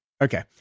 okay